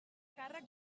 càrrec